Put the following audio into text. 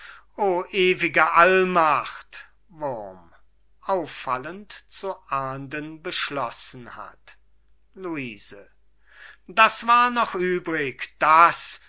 o ewige allmacht wurm auffallend zu ahnden beschlossen hat luise das war noch übrig das